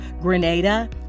grenada